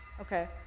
Okay